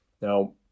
Now